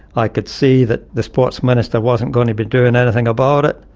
i could see that the sports minister wasn't going to be doing anything about it,